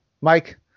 Mike –